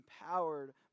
empowered